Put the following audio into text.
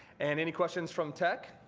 and any questions from tech?